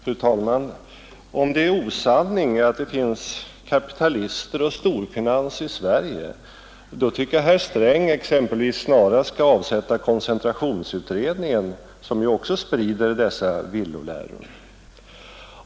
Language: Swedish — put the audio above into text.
Fru talman! Om det är osanning att det finns kapitalister och storfinans i Sverige tycker jag att herr Sträng snarast skall avsätta koncentrationsutredningen, som ju också sprider dessa villoläror.